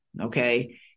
Okay